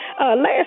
last